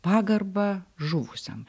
pagarbą žuvusiam